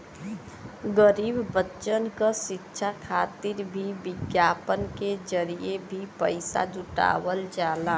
गरीब बच्चन क शिक्षा खातिर भी विज्ञापन के जरिये भी पइसा जुटावल जाला